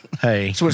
Hey